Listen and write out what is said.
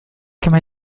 كما